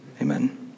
Amen